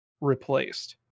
replaced